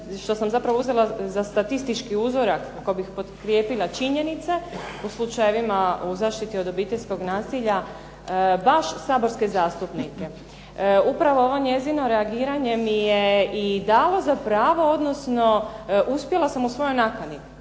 što sam zapravo uzela za statistički uzorak kako bih potkrijepila činjenice u slučajevima u zaštiti od obiteljskog nasilja baš saborske zastupnike. Upravo ovo njezino reagiranje mi je i dalo za pravo odnosno uspjela sam u svojoj nakani.